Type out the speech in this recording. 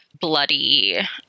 bloody